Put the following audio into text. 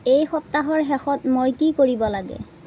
এই সপ্তাহৰ শেষত মই কি কৰিব লাগে